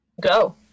Go